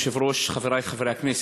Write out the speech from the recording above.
אדוני היושב-ראש, חברי חברי הכנסת,